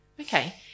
Okay